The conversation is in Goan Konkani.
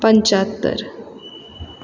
पंच्यात्तर